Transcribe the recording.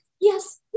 yes